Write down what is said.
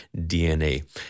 DNA